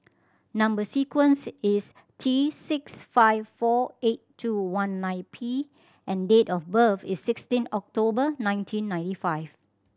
number sequence is T six five four eight two one nine P and date of birth is sixteen October nineteen ninety five